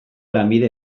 lanbide